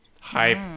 Hype